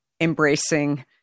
embracing